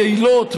יעילות,